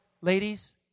ladies